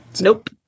Nope